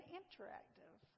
interactive